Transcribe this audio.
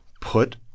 put